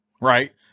right